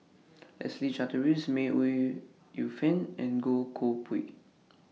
Leslie Charteris May Ooi Yu Fen and Goh Koh Pui